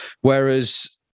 Whereas